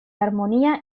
armonía